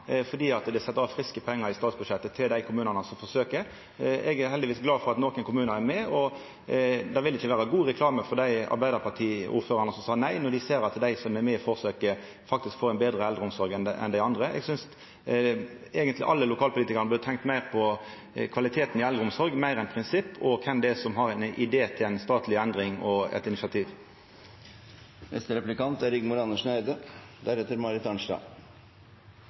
fordi det er sett av friske pengar i statsbudsjettet til dei kommunane som forsøkjer. Eg er glad for at nokre kommunar heldigvis er med. Og det vil ikkje vera god reklame for dei arbeidarpartiordførarane som sa nei, når dei ser at dei som er med i forsøket, faktisk får ei betre eldreomsorg enn dei andre. Eg synest eigentleg alle lokalpolitikarane burde tenkt meir på kvaliteten i eldreomsorga enn på prinsipp, og på kven det er som har ein idé til ei statleg endring, og har eit initiativ.